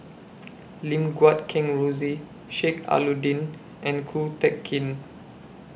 Lim Guat Kheng Rosie Sheik Alau'ddin and Ko Teck Kin